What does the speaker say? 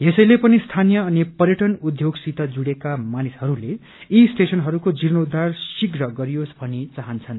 यसैले पनि स्थानीय अनि पर्यटन उद्योगसित जुड़ेका मानिसहरूले यी स्टेशनहरूको जीर्णोद्वार शीघ्र गरियोस भनी चाहन्छन्